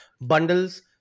bundles